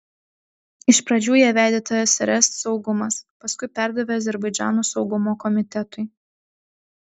iš pradžių ją vedė tsrs saugumas paskui perdavė azerbaidžano saugumo komitetui